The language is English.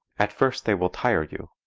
at first they will tire you,